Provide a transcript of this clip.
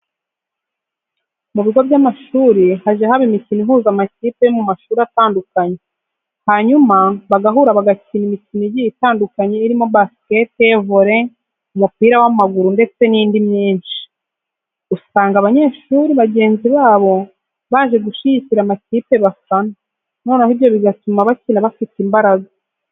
Mu bigo by'amashuri hajya haba imikino ihuza amakipe yo mu mashuri atandukanye, hanyuma bagahura bagakina imikino igiye itandukanye irimo basikete, vore, umupira w'amaguru ndetse n'indi myinshi. Usanga abanyeshuri bagenzi babo baje gushyigikira amakipe bafana, noneho ibyo bigatuma bakina bafite imbaraga.